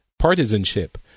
Partisanship